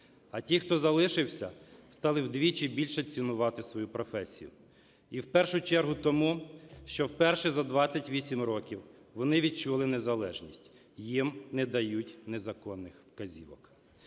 А ті, хто залишився, стали вдвічі більше цінувати свою професію, і в першу чергу тому, що вперше за 28 років вони відчули незалежність – їм не дають незаконних вказівок.